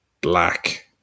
black